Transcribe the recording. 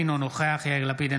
אינו נוכח יאיר לפיד,